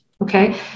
okay